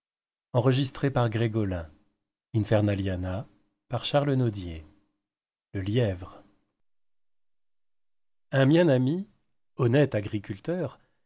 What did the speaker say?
le lièvre un mien ami honnête agriculteur